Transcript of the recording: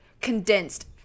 condensed